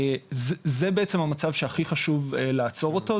זה בעצם המצב שהכי חשוב לעצור אותו,